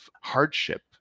hardship